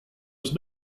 was